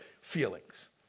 feelings